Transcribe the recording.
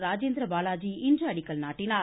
ராஜேந்திர பாலாஜி இன்று அடிக்கல் நாட்டினார்